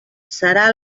serà